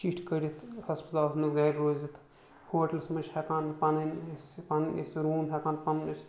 چِٹھۍ کٔڈِتھ ہَسپَتالَس منٛز گَرِ روٗزِتھ ہوٹلَس منٛز چھِ ہیٚکان پَنٕنۍ أسۍ پَنٕنۍ أسۍ روٗم ہیٚکان پَنُن أسۍ